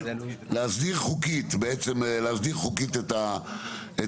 להסדיר חוקית, בעצם, להסדיר חוקית את העניין.